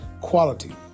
Quality